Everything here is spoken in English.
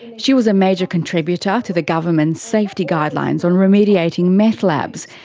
she was a major contributor to the government's safety guidelines on remediating meth labs,